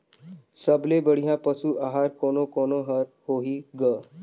सबले बढ़िया पशु आहार कोने कोने हर होही ग?